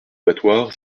battoirs